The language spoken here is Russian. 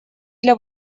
для